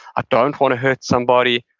i don't want to hurt somebody,